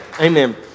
Amen